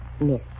Miss